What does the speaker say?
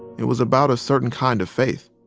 it was about a certain kind of faith